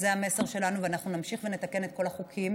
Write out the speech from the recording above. זה המסר שלנו, ואנחנו נמשיך ונתקן את כל החוקים